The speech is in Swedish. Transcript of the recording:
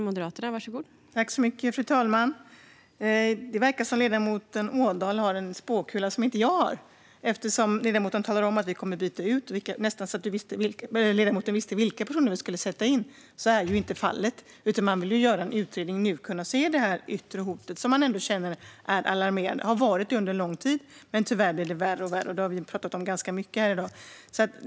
Fru talman! Det verkar som om ledamoten Ådahl har en spåkula som inte jag har, eftersom han talade om att vi kommer att byta ut personer och nästan visste vilka personer vi ska sätta in. Så är ju inte fallet, utan vi vill göra en utredning på grund av det yttre hot som är alarmerande och som har varit det under en längre tid. Tyvärr blir det värre och värre, och det har man ju pratat om ganska mycket här i dag.